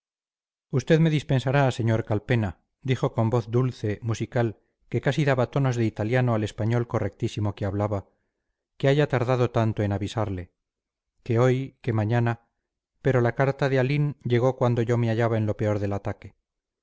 usted me dispensará sr calpena dijo con voz dulce musical que casi daba tonos de italiano al español correctísimo que hablaba que haya tardado tanto en avisarle que hoy que mañana pero la carta de aline llegó cuando yo me hallaba en lo peor del ataque